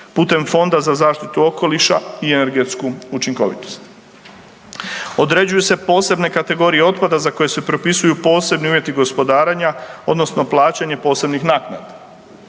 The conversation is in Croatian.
putem Fonda za zaštitu okoliša i energetsku učinkovitost. Određuju se posebne kategorije otpada za koje se propisuju posebni uvjeti gospodarenja odnosno plaćanje posebnih naknada.